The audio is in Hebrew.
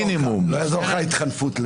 לא יעזור לך ההתחנפות.